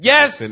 Yes